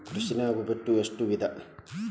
ಕೃಷಿನಾಗ್ ಒಟ್ಟ ಎಷ್ಟ ವಿಧ?